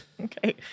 Okay